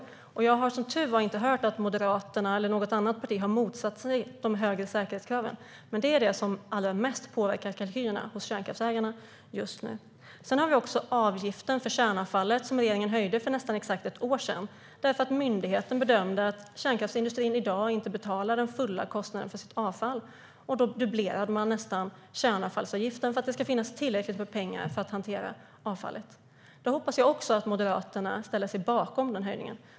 Som tur är har jag inte hört att Moderaterna eller något annat parti har motsatt sig de högre säkerhetskraven. Det är detta som påverkar kalkylerna hos kärnkraftsägarna allra mest just nu. Vi har också avgiften för kärnavfallet, som regeringen höjde för snart ett år sedan eftersom myndigheten bedömde att kärnkraftsindustrin inte betalar den fulla kostnaden för sitt avfall. Kärnavfallsavgiften dubblerades nästan för att det ska finnas tillräckligt med pengar för att hantera avfallet. Jag hoppas att Moderaterna står bakom den höjningen.